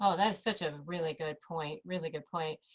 ah that is such a really good point, really good point.